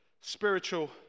spiritual